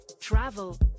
travel